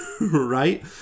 Right